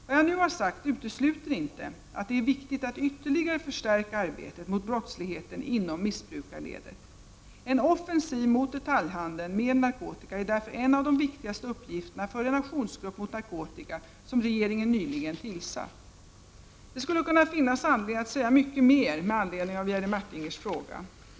Vad jag nu har sagt utesluter inte att det är viktigt att ytterligare förstärka arbetet mot brottsligheten inom missbrukarledet. En offensiv mot detaljhandeln med narkotika är därför en av de viktigaste uppgifterna för den aktionsgrupp mot narkotika som regeringen nyligen tillsatt. Det skulle kunna finnas anledning att säga mycket mer med anledning av Jerry Martingers fråga.